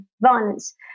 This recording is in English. violence